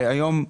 היום,